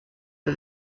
for